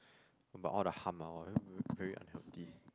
but all the hump ah !wah! very unhealthy